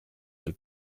del